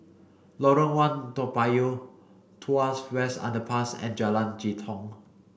Lorong One Toa Payoh Tuas West Underpass and Jalan Jitong